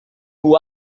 who